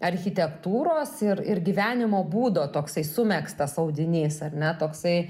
architektūros ir ir gyvenimo būdo toksai sumegztas audinys ar ne toksai